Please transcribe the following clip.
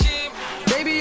Baby